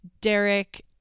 Derek